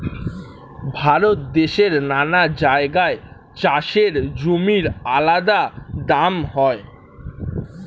ভারত দেশের নানা জায়গায় চাষের জমির আলাদা দাম হয়